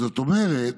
"זאת אומרת,